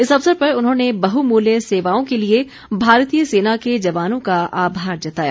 इस अवसर पर उन्होंने बहुमूल्य सेवाओं के लिए भारतीय सेना के जवानों का आभार जताया